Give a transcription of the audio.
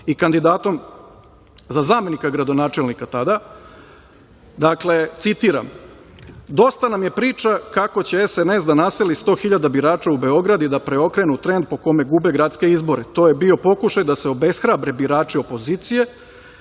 i kandidatom za zamenika gradonačelnika tada. Dakle,